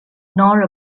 nor